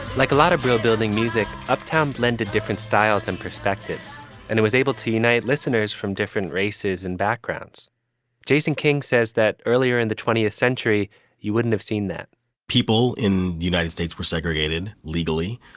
like a lot of brill building, music, uptown lended different styles and perspectives and it was able to unite listeners from different races and backgrounds jason king says that earlier in the twentieth century you wouldn't have seen that people in the united states were segregated legally,